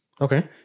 Okay